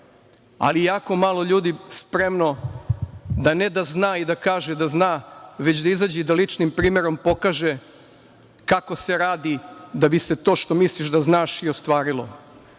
ali je jako malo ljudi spremno da ne da zna i da kaže da zna, već da izađe i da ličnim primerom pokaže kako se radi da bi se to što misliš da znaš i ostvarilo. Zato